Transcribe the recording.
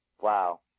Wow